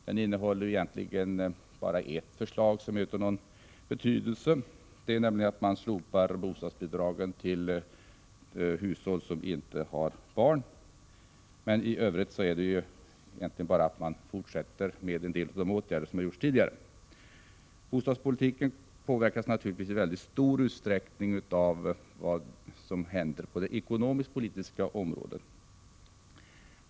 Den innehåller bara ett förslag som är av någon betydelse, nämligen förslaget om att bostadsbidragen till hushåll utan barn skall slopas. I övrigt är det egentligen bara så, att man fortsätter med en del av de åtgärder som funnits tidigare. Bostadspolitiken påverkas naturligtvis i mycket stor utsträckning av vad som händer på det ekonomisk-politiska området.